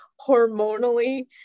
hormonally